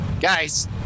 guys